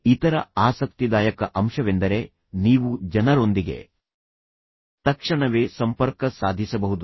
ಇತರ ಆಸಕ್ತಿದಾಯಕ ಅಂಶವೆಂದರೆ ನೀವು ಜನರೊಂದಿಗೆ ತಕ್ಷಣವೇ ಸಂಪರ್ಕ ಸಾಧಿಸಬಹುದು